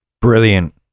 Brilliant